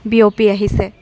বিয়পি আহিছে